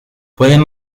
pueden